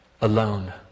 alone